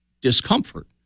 discomfort